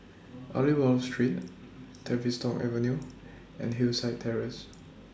Aliwal Street Tavistock Avenue and Hillside Terrace